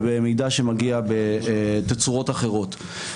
ובמידע שמגיע בתצורות אחרות.